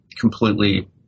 completely